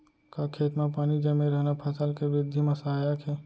का खेत म पानी जमे रहना फसल के वृद्धि म सहायक हे?